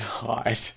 God